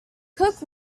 cook